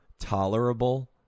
Tolerable